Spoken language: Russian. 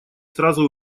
сразу